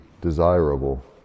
desirable